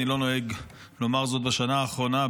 אני לא נוהג לומר זאת בשנה האחרונה,